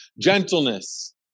gentleness